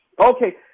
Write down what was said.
Okay